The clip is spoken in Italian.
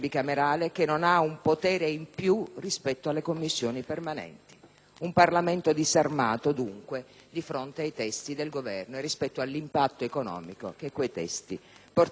Un Parlamento disarmato, dunque, di fronte ai testi del Governo e rispetto all'impatto economico che quei testi porteranno con sé. La nostra preoccupazione è una preoccupazione seria.